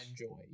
enjoy